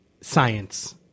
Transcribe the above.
science